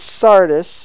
Sardis